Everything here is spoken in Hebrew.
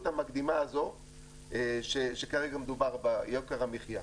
המקדימה הזאת שכרגע מדובר בה על יוקר המחייה.